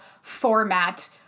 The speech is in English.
format